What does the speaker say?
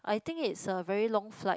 I think it's a very long flight